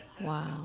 Wow